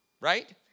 right